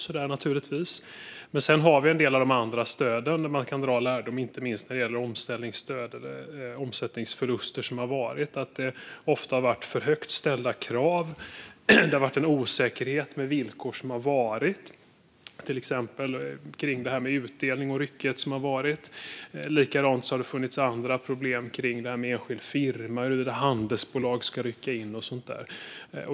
Sedan kan man nog dra lärdomar när det gäller en del andra stöd, inte minst omställningsstöd och när det gäller omsättningsförluster. Det har ofta varit för högt ställda krav. Det har varit en osäkerhet med de villkor som har varit, till exempel när det gäller utdelning, och det har varit ryckighet. Likadant har det funnits andra problem för enskilda firmor och huruvida handelsbolag ska rycka in och så vidare.